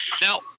now